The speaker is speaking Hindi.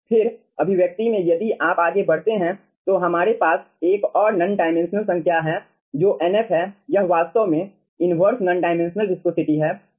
फिर अभिव्यक्ति में यदि आप आगे बढ़ते हैं तो हमारे पास एक और नॉन डायमेंशनल संख्या है जो Nf है यह वास्तव में इनवर्स नॉन डायमेंशनल विस्कोसिटी है